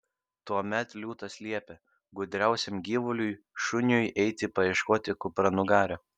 tuomet liūtas liepė gudriausiam gyvuliui šuniui eiti paieškoti kupranugario